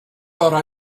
thought